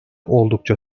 oldukça